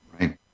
Right